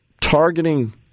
targeting